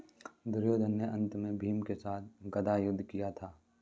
दुर्योधन ने अन्त में भीम के साथ गदा युद्ध किया था